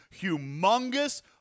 humongous